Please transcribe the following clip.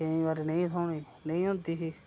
केईं बारी नेईं थ्होनी नेईं होंदी ही